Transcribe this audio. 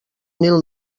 mil